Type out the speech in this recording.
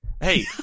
Hey